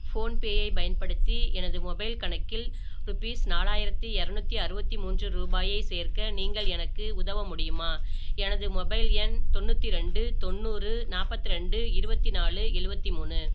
PhonePe ஐப் பயன்படுத்தி எனது மொபைல் கணக்கில் ருபீஸ் நாலாயிரத்தி எரநூத்தி அறுபத்தி மூன்று ரூபாயை சேர்க்க நீங்கள் எனக்கு உதவ முடியுமா எனது மொபைல் எண் தொண்ணூற்றி ரெண்டு தொண்ணூறு நாற்பத்து ரெண்டு இருபத்தி நாலு எழுவத்தி மூணு